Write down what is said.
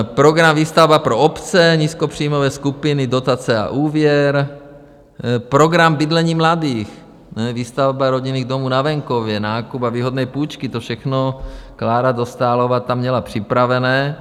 Program Výstavba pro obce, nízkopříjmové skupiny, dotace a úvěr, program bydlení mladých, výstavba rodinných domů na venkově, nákup a výhodné půjčky, to všechno Klára Dostálová tam měla připravené.